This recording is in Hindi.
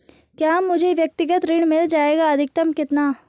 क्या मुझे व्यक्तिगत ऋण मिल जायेगा अधिकतम कितना?